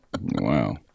Wow